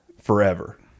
forever